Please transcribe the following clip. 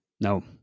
No